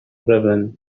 raven